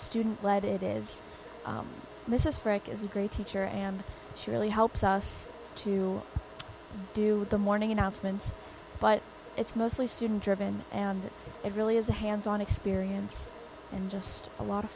student led it is mrs frank is a great teacher and she really helps us to do the morning announcements but it's mostly student driven and it really is a hands on experience and just a lot of